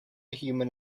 human